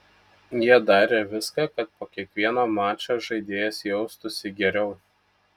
jie darė viską kad po kiekvieno mačo žaidėjas jaustųsi geriau